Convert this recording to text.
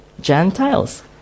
Gentiles